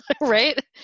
Right